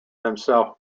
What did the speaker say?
themselves